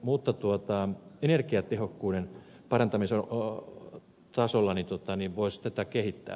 mutta energiatehokkuuden parantamisen tasolla voisi tätä kehittää